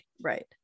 Right